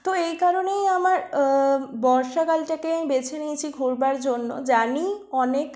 তো এই কারণেই আমার বর্ষাকালটাকে আমি বেছে নিয়েছি ঘুরবার জন্য জানি অনেক